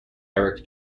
eric